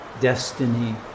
destiny